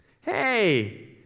Hey